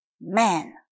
man